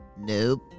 Nope